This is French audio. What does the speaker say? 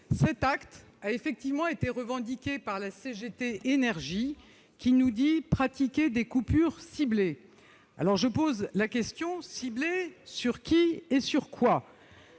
Cet acte a été revendiqué par la CGT Énergie, qui nous dit pratiquer des coupures ciblées. Je pose la question : ciblées sur qui, sur quoi ?